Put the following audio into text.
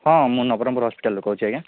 ହଁ ମୁଁ ନବରଙ୍ଗପୁର ହସ୍ପିଟାଲ୍ରୁ କହୁଛି ଆଜ୍ଞା